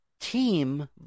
Team